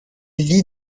vit